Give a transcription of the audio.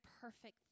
perfect